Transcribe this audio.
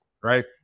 right